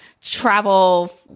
travel